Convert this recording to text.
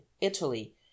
italy